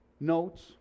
notes